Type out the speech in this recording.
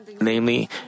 namely